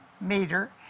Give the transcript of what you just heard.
Meter